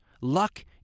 Luck